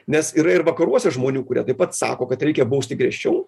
nes yra ir vakaruose žmonių kurie taip pat sako kad reikia bausti griežčiau